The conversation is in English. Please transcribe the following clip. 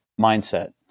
mindset